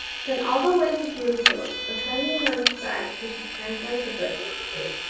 sent all the way to jerusalem for seventy learned scribes who should translate the book into greek.